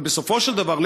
אבל בסופו של דבר,